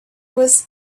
was